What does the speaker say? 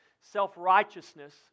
self-righteousness